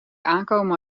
aankomen